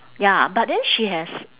ya but then she has